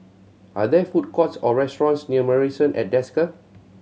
are there food courts or restaurants near Marrison at Desker